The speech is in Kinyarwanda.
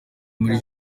muri